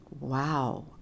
wow